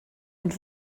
und